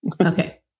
Okay